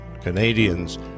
Canadians